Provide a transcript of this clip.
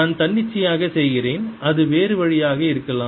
நான் தன்னிச்சையாக செய்கிறேன் அது வேறு வழியாக இருக்கலாம்